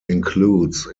includes